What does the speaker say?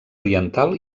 oriental